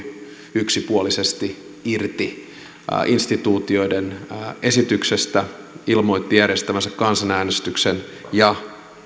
yksipuolisesti irti instituutioiden esityksestä ilmoitti järjestävänsä kansanäänestyksen ja